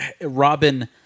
Robin